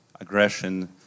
aggression